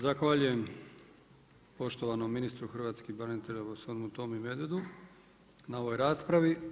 Zahvaljujem poštovanom ministru hrvatskih branitelja gospodinu Tomi Medvedu na ovoj raspravi.